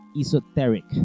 esoteric